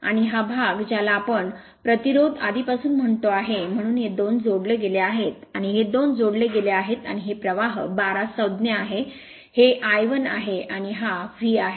आणि हा भाग ज्याला आम्ही प्रतिरोध आधीपासून म्हणतो आहे म्हणून हे दोन जोडले गेले आहेत आणि हे दोन जोडले गेले आहेत आणि हे प्रवाह I 2 संज्ञा आहे हे I 1 आहे आणि हा V आहे